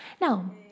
Now